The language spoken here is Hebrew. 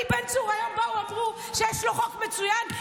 היום אמרו שלבן צור יש חוק מצוין,